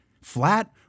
flat